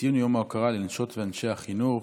ציון יום ההוקרה לנשות ואנשי החינוך,